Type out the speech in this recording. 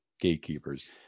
gatekeepers